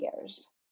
years